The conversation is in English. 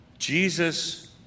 Jesus